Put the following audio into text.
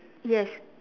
yes